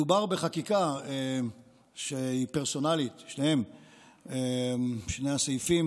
מדובר בחקיקה שהיא פרסונלית, שני הסעיפים